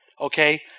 okay